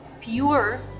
pure